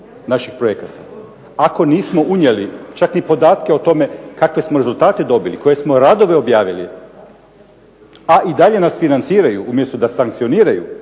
naših projekata. Ako nismo unijeli čak ni podatke o tome kakve rezultate smo dobili, koje smo radove dobili, a i dalje nas financiraju umjesto da sankcioniraju